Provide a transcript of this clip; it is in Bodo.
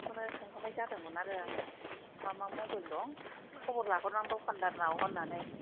बेखौनो सोंहरनाय जादोंमोन आरो आङो मा मा मबाइल दं खबर लाहरनां दखानदारनाव होनानै